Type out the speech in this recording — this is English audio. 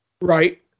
Right